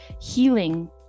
healing